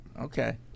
Okay